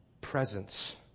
presence